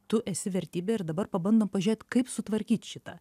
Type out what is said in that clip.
tu esi vertybė ir dabar pabandom pažiūrėt kaip sutvarkyt šitą